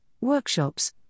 workshops